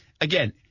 again